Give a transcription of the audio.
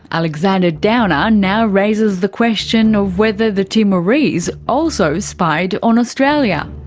alexander downer now raises the question of whether the timorese also spied on australia.